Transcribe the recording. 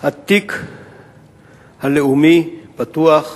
התיק הלאומי פתוח,